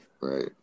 right